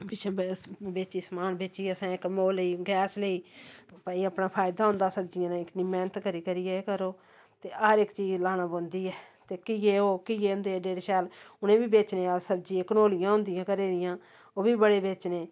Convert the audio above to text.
पिच्छे बेची समान बेची असें इक ओह् लेई गैस लेई भाई अपना फायदा होंदा सब्जियें दे किन्नी मेह्नत करी करियै एह् करो ते हर इक चीज लाना पौंदी ऐ ते घिये ओह् घिये होंदे इन्ने इन्ने शैल उ'नेंगी बी बेचने अस सब्जी कंडोलियां होंदियां घरै दियां ओह् बी बड़े बेचने